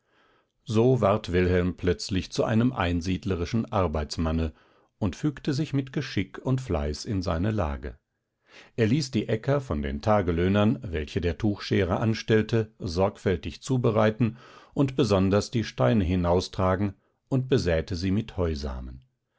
so ward wilhelm plötzlich zu einem einsiedlerischen arbeitsmanne und fügte sich mit geschick und fleiß in seine lage er ließ die äcker von den tagelöhnern welche der tuchscherer anstellte sorgfältig zubereiten und besonders die steine hinaustragen und besäte sie mit